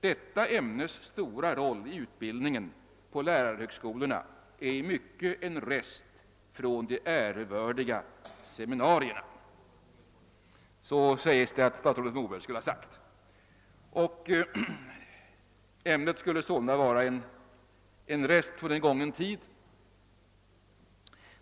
Detta ämnes stora roll i utbild ningen på lärarhögskolorna är i mycket en rest från de ärevördiga seminarierna.» Så sägs det att statsrådet Moberg skulle ha sagt. Ämnet skulle sålunda vara en rest från en gången tid..